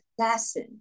assassin